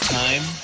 time